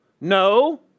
No